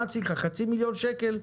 מה את צריכה: חצי מיליון שקל?